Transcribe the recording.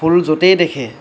ফুল য'তেই দেখে